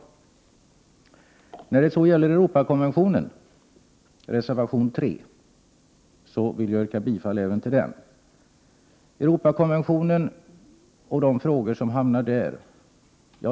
Jag vill även yrka bifall till reservation 3, som gäller Europakonventionen.